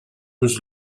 was